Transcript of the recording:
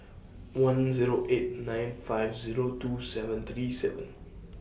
one Zero eight nine five Zero two seven three seven